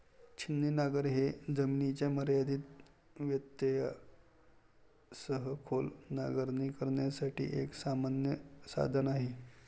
छिन्नी नांगर हे जमिनीच्या मर्यादित व्यत्ययासह खोल नांगरणी करण्यासाठी एक सामान्य साधन आहे